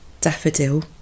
daffodil